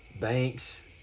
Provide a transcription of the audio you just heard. Banks